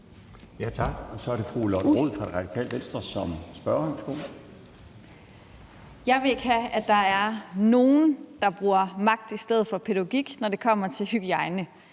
Jeg vil ikke have, at der er nogen, der bruger magt i stedet for pædagogik, når det kommer til hygiejne.